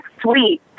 sweet